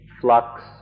flux